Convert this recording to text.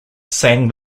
sang